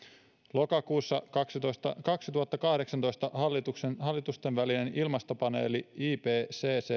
lokakuussa kaksituhattakahdeksantoista hallitustenvälisen ilmastopaneelin ipccn